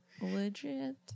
legit